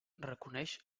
reconeix